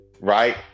right